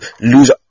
lose